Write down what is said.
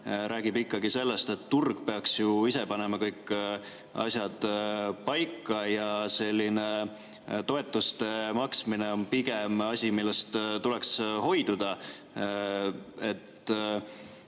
räägib sellest, et turg peaks ju ise panema kõik asjad paika ja toetuste maksmine on pigem asi, millest tuleks hoiduda.